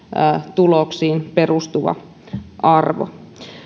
tuloksiin perustuva arvo